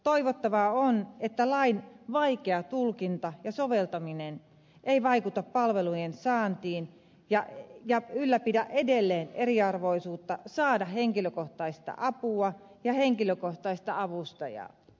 toivottavaa on että lain vaikea tulkinta ja soveltaminen eivät vaikuta palvelujen saantiin ja ylläpidä edelleen eriarvoisuutta saada henkilökohtaista apua ja henkilökohtaista avustajaa